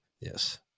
Yes